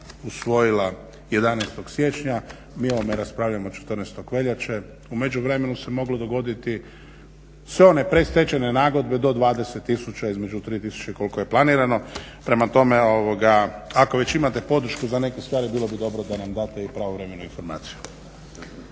usvojila 11. siječnja, mi o ovome raspravljamo 14. veljače. U međuvremenu se moglo dogoditi sve one predstečajne nagodbe do 20 tisuća između 3 tisuće koliko je planirano. Prema tome, ako već imate podršku za neke stvari bilo bi dobro da nam date i pravovremenu informaciju.